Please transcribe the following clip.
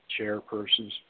chairpersons